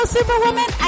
Superwoman